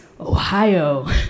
Ohio